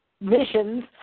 missions